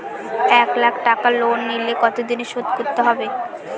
এক লাখ টাকা লোন নিলে কতদিনে শোধ করতে হবে?